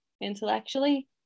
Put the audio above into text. intellectually